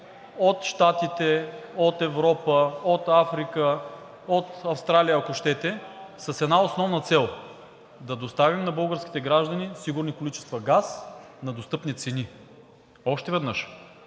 от Щатите, от Европа, от Африка, от Австралия, ако щете, с една основна цел: да доставим на българските граждани сигурни количества газ на достъпни цени. Още веднъж,